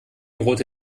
rote